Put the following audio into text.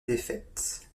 défaite